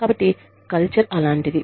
కాబట్టి కల్చర్ అలాంటిది